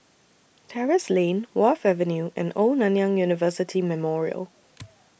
Terrasse Lane Wharf Avenue and Old Nanyang University Memorial